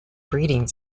breeding